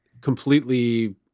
completely